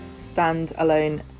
standalone